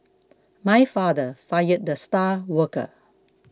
my father fired the star worker